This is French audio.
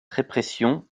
répression